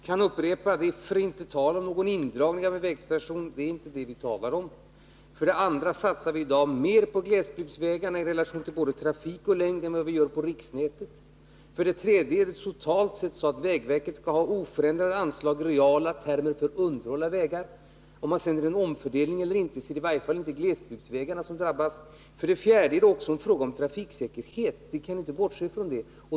Herr talman! Jag kan upprepa: Det är för det första inte tal om indragning av någon vägstation. Det är inte det vi talar om. För det andra satsar vi i dag mer på glesbygdsvägarna i relation till både trafik och längd än vad vi gör på riksnätet. För det tredje är det totalt sett så att vägverket skall ha oförändrade anslag i reala termer för att underhålla vägar. Vare sig man sedan gör en omfördelning eller inte, är det i alla fall inte glesbygdsvägarna som drabbas. För det fjärde är det också en fråga om trafiksäkerhet — vi kan inte bortse från det.